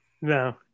No